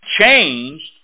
changed